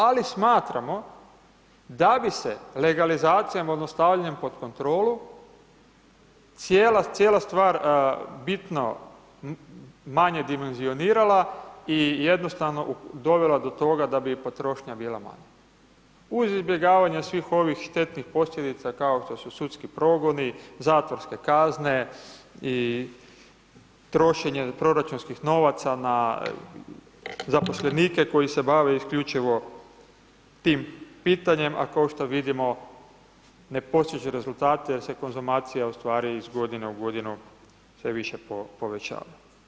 Ali smatramo da bi se legalizacijom odnosno stavljanjem pod kontrolu cijela stvar bitno manje dimenzionirala i jednostavno dovela do toga da bi i potrošnja bila manja uz izbjegavanje svih ovih štetnih posljedica kao što sudski progoni, zatvorske kazne i trošenje proračunskih novaca na zaposlenike koji se bave isključivo tim pitanjem, a kao što vidimo ne postiže rezultate jer se konzumacija u stvari iz godine u godinu sve više povećava.